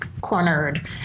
cornered